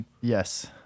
yes